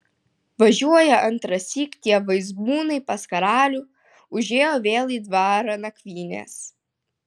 važiuoja antrąsyk tie vaizbūnai pas karalių užėjo vėl į dvarą nakvynės